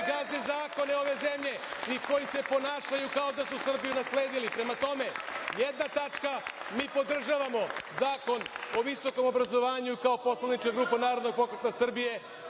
gaze zakone ove zemlje i koji se ponašaju kao da su Srbiju nasledili. Prema tome, jedna tačka. Mi podržavamo Zakon o visokom obrazovanju kao poslanička grupa Narodnog pokreta Srbije,